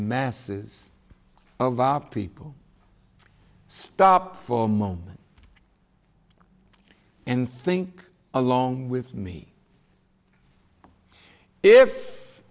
masses of our people stop for a moment and think along with me if